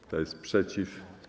Kto jest przeciw?